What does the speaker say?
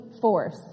force